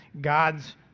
God's